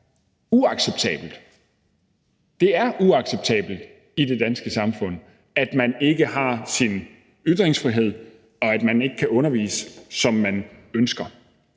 uacceptabelt. Det er uacceptabelt i det danske samfund, at man ikke har sin ytringsfrihed, og at man ikke kan undervise, som man ønsker.